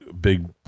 big